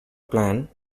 plan